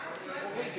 חנין זועבי,